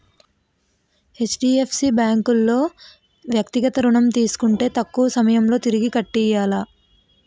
HDFC bank లో వ్యక్తిగత ఋణం తీసుకుంటే తక్కువ సమయంలో తిరిగి కట్టియ్యాల